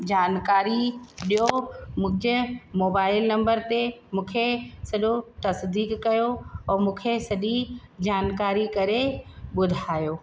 जानकारी ॾियो मुंहिंजे मोबाइल नंबर ते मूंखे सॼो तस्दीक कयो ऐं मूंखे सॼी जानकारी करे ॿुधायो